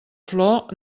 flor